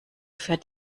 fährt